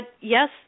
yes